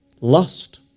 lust